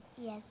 yes